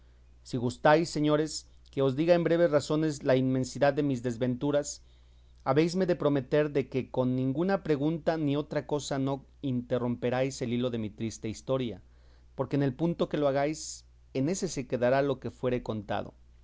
si gustáis señores que os diga en breves razones la inmensidad de mis desventuras habéisme de prometer de que con ninguna pregunta ni otra cosa no interromperéis el hilo de mi triste historia porque en el punto que lo hagáis en ése se quedará lo que fuere contando